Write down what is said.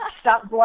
stop